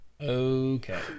Okay